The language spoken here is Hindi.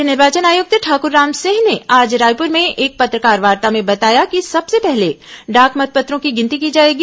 राज्य निर्वाचन आयुक्त ठाकुर रामसिंह ने आज रायपुर में एक पत्रकारवार्ता में बताया कि सबसे पहले डाक मतपत्रों की गिनती की जाएगी